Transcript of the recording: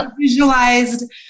visualized